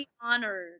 Honored